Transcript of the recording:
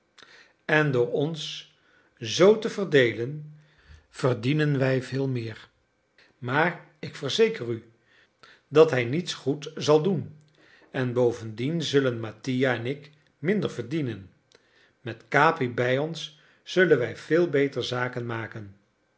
en door ons zoo te verdeelen verdienen wij veel meer maar ik verzeker u dat hij niets goed zal doen en bovendien zullen mattia en ik minder verdienen met capi bij ons zullen wij veel beter zaken maken